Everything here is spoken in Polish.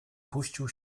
puścił